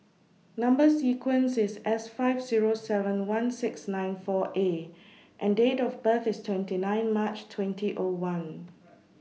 Number sequence IS S five Zero seven one six nine four A and Date of birth IS twenty nine March twenty O one